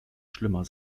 schlimmer